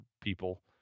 people